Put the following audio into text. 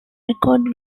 record